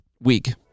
week